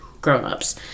grown-ups